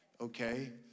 Okay